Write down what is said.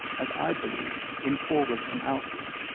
as i believe, in forwards and outwards,